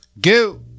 go